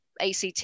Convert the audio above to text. ACT